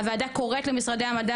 הוועדה קוראת למשרדי המדע,